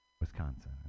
Wisconsin